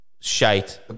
shite